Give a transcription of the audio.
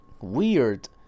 weird